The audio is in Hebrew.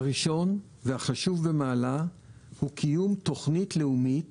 הראשון והחשוב במעלה הוא קיום תוכנית לאומית